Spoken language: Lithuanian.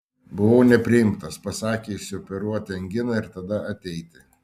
buvau nepriimtas pasakė išsioperuoti anginą ir tada ateiti